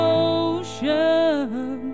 ocean